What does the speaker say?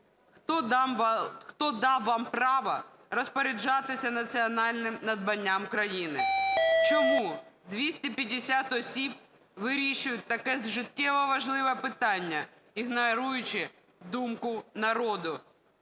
"Хто дав вам право розпоряджатися національним надбанням країни? Чому 250 осіб вирішують таке життєво-важливе питання, ігноруючи думку народу?"